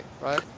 right